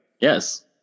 Yes